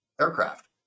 aircraft